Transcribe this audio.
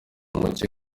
muke